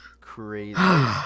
crazy